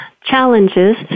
challenges